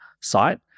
site